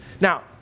now